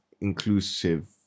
inclusive